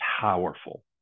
powerful